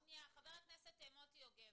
חבר הכנסת מוטי יוגב,